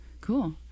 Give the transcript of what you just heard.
cool